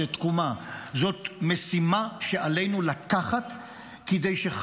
"תקומה"; זאת משימה שעלינו לקחת כדי שחס